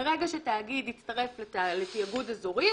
מרגע שתאגיד הצטרף לתיאגוד אזורי,